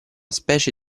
specie